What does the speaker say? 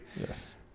yes